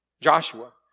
Joshua